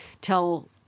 tell